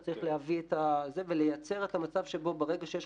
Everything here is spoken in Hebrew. אתה צריך להביא את הזה ולייצר את המצב שבו ברגע שיש